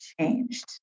changed